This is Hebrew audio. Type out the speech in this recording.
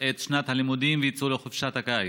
את שנת הלימודים ויצאו לחופשת הקיץ.